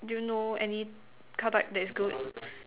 do you know any car type that is good